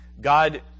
God